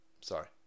sorry